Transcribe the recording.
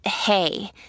hey